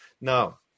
now